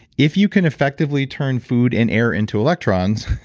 if you can effectively turn food and air into electrons,